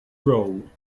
role